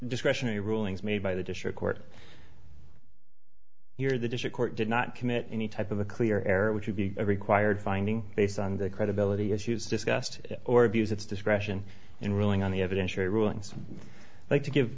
discretionary rulings made by the district court here the district court did not commit any type of a clear error which would be required finding based on the credibility issues discussed or abused its discretion in ruling on the evidentiary rulings like to give